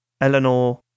Eleanor